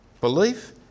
Belief